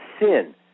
sin